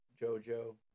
JoJo